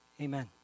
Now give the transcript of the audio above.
Amen